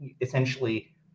essentially